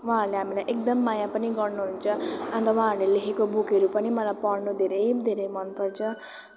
उहाँहरूले हामीलाई एकदम माया पनि गर्नुहुन्छ अन्त उहाँहरूले लेखेको बुकहरू पनि मलाई पढ्नु धेरै धेरै मनपर्छ